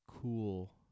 cool